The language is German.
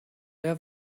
der